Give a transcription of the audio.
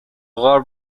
غار